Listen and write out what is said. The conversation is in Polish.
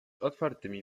otwartymi